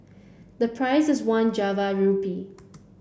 the price was one Java rupee